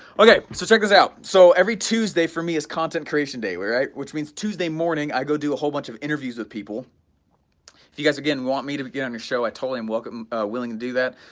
okay so check this out, so every tuesday for me is content creation day, alright, which means tuesday morning i go do a whole bunch of interviews with people if you guys again want me to but get on your show, i totally am willing to do that,